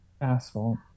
asphalt